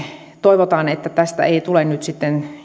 toivotaan että tästä ei tule nyt sitten